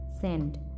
send